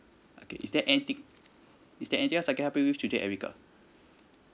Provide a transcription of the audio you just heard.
okay is there anything is that anything else I can help you with today erica